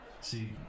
See